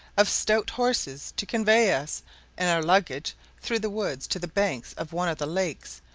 of stout horses to convey us and our luggage through the woods to the banks of one of the lakes,